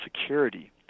security